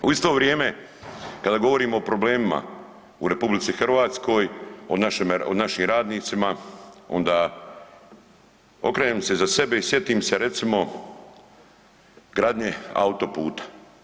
U isto vrijeme kada govorimo o problemima u RH, o našim radnicima onda okrenem se iza sebe i sjetim se recimo gradnje autoputa.